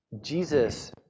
Jesus